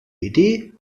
idee